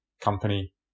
company